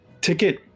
ticket